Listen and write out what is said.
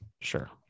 Sure